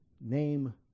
name